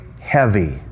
heavy